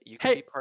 Hey